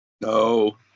No